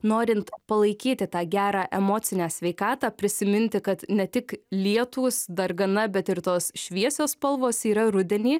norint palaikyti tą gerą emocinę sveikatą prisiminti kad ne tik lietūs dargana bet ir tos šviesios spalvos yra rudenį